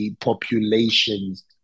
populations